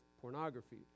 pornography